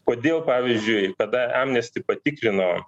kodėl pavyzdžiui tada emnesti patikrino